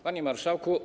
Panie Marszałku!